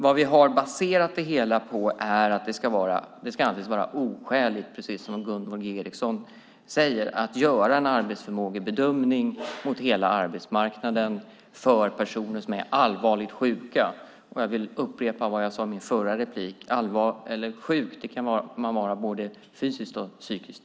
Vad vi har baserat det hela på är att det aldrig ska vara oskäligt, precis som Gunvor G Ericson säger, att göra en arbetsförmågebedömning mot hela arbetsmarknaden för personer som är allvarligt sjuka. Jag vill upprepa vad jag sade i min förra replik: Sjuk kan man givetvis vara både fysiskt och psykiskt.